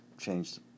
changed